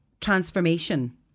transformation